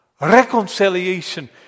Reconciliation